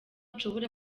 nshobora